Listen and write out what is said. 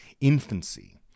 infancy